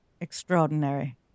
extraordinary